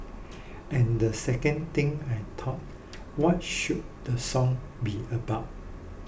and the second thing I thought what should the song be about